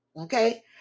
okay